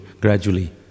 gradually